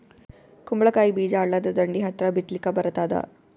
ಕುಂಬಳಕಾಯಿ ಬೀಜ ಹಳ್ಳದ ದಂಡಿ ಹತ್ರಾ ಬಿತ್ಲಿಕ ಬರತಾದ?